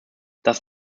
das